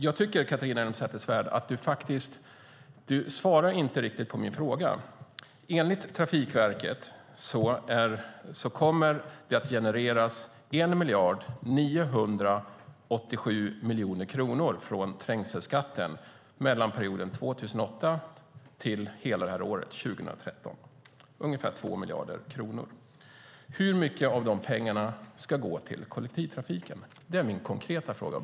Jag tycker, Catharina Elmsäter-Svärd, att du inte riktigt svarar på min fråga. Enligt Trafikverket kommer det att genereras 1 987 000 000 kronor från trängselskatten i perioden från 2008 till och med hela år 2013. Det är ungefär 2 miljarder kronor. Hur mycket av de pengarna ska gå till kollektivtrafiken? Det är min konkreta fråga.